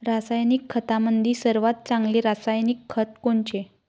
रासायनिक खतामंदी सर्वात चांगले रासायनिक खत कोनचे?